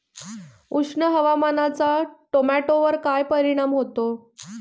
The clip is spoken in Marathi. उष्ण हवामानाचा टोमॅटोवर काय परिणाम होतो?